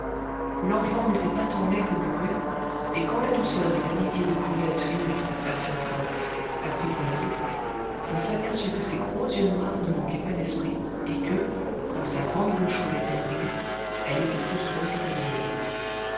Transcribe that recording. l'enfant n'était pas tant laid que bourru et quand la douceur et l'amitié de brulette l'eurent à fine force apprivoisé on s'aperçut que ses gros yeux noirs ne manquaient pas d'esprit et que quand sa grande bouche voulait bien rire elle était plus drôle que vilaine